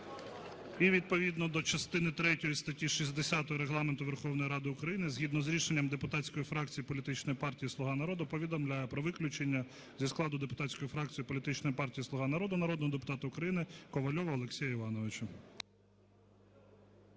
І відповідно до частини третьої статті 60 Регламенту Верховної Ради України згідно з рішенням депутатської фракції політичної партії "Слуга народу" повідомляю про виключення зі складу депутатської фракції політичної партії "Слуга народу" народного депутата України Ковальова Олексія Івановича.